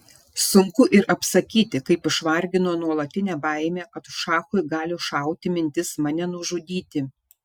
sunku ir apsakyti kaip išvargino nuolatinė baimė kad šachui gali šauti mintis mane nužudyti